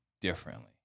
differently